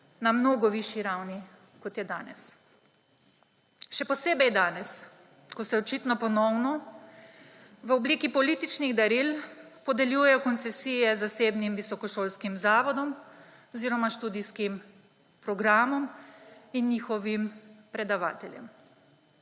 na mnogo višji ravni, kot je danes. Še posebej danes, ko se očitno ponovno v obliki političnih daril podeljujejo koncesije zasebnim visokošolskim zavodom oziroma študijskim programom in njihovim predavateljem.